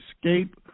escape